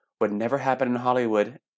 would-never-happen-in-Hollywood